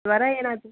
ಜ್ವರ ಏನಾದರೂ